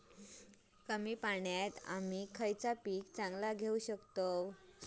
कमी पाण्यात आम्ही खयला पीक चांगला घेव शकताव?